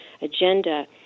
agenda